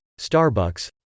Starbucks